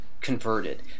converted